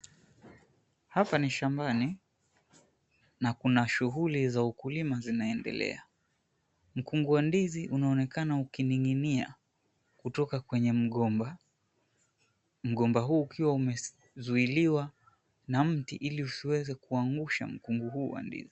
Hapa ni shambani na kuna shuhuli za ukulima zinaendelea. Mkungu wa ndizi unaonekana ukining'inia kutoka kwenye mgomba, mgomba huu ukiwa umezuiliwa na mti ili usiweze kuangusha mkungu huu wa ndizi.